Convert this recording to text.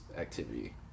activity